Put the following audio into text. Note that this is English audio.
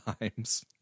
times